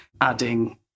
adding